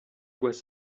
bois